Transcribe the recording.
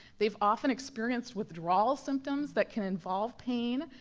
they've often experienced withdrawal symptoms that can involve pain,